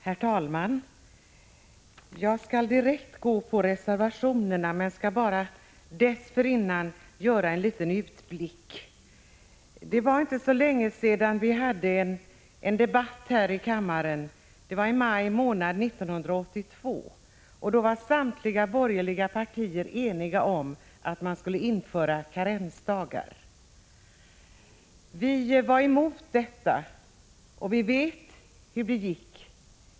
Herr talman! Jag skall strax kommentera reservationerna, men dessförinnan bara göra en liten utblick. Det var inte så länge sedan — i maj månad 1982 — som vi här i kammaren förde en debatt om karensdagar. Samtliga borgerliga partier var då eniga om att karensdagar skulle införas. Vi socialdemokrater var emot detta. Alla vet hur det gick.